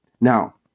Now